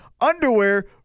underwear